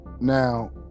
Now